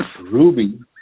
Ruby